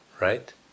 Right